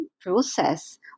process